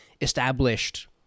established